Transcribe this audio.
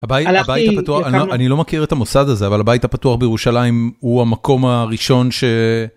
הבית הפתוח, אני לא מכיר את המוסד הזה, אבל הבית הפתוח בירושלים הוא המקום הראשון ש...